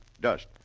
Dust